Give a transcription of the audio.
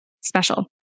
special